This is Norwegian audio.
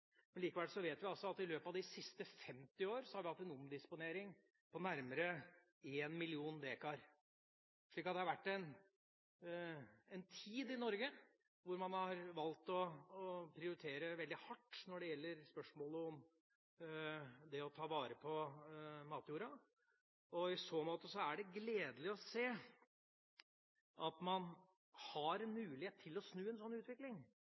Likevel vet vi at vi i løpet av de siste 50 år har hatt en omdisponering på nærmere 1 mill. dekar, slik at det har vært en tid i Norge hvor man har valgt å prioritere veldig hardt når det gjelder spørsmålet om det å ta vare på matjorda. I så måte er det gledelig å se at man har en mulighet til å snu en sånn utvikling